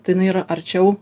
tai jinai yra arčiau